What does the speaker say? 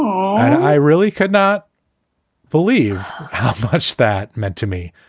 i really could not believe how much that meant to me.